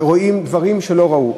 רואים דברים שלא ראו.